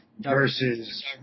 versus